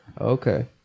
okay